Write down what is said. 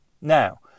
Now